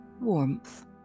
warmth